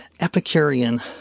Epicurean